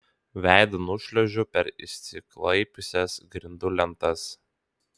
veidu nušliuožiu per išsiklaipiusias grindų lentas